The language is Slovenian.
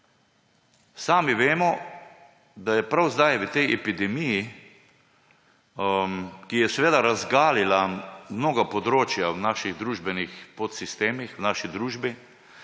Sami vemo, da je prav zdaj v tej epidemiji, ki je razgalila mnoga področja v naših družbenih podsistemih, v naši družbi,